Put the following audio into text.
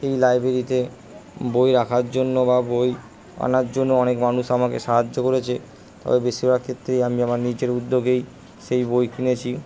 এই লাইব্রেরিতে বই রাখার জন্য বা বই আনার জন্য অনেক মানুষ আমাকে সাহায্য করেছে তবে বেশিরভাগ ক্ষেত্রেই আমি আমার নিজের উদ্যোগেই সেই বই কিনেছি